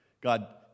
God